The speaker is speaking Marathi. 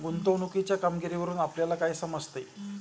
गुंतवणुकीच्या कामगिरीवरून आपल्याला काय समजते?